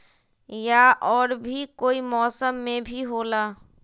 या और भी कोई मौसम मे भी होला?